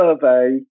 survey